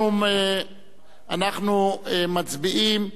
אנחנו מצביעים.